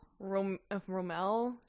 Romel